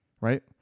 right